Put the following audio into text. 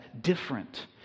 different